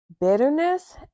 bitterness